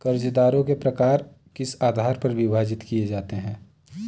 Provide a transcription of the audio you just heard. कर्जदारों के प्रकार किस आधार पर विभाजित किए जाते हैं?